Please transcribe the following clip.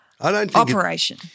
operation